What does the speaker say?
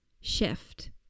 shift